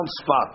spot